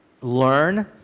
learn